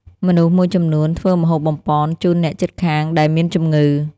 មនុស្សមួយចំនួនធ្វើម្ហូបបំប៉នជូនអ្នកជិតខាងដែលមានជំងឺ។